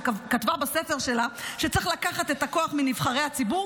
וכתבה בספר שלה שצריך לקחת את הכוח מנבחרי הציבור